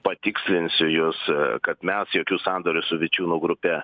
patikslinsiu jus kad mes jokių sandorių su vičiūnų grupe